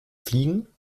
fliegen